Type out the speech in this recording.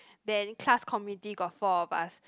then class committee got four of us